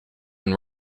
and